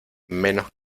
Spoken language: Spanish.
menos